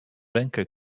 rękę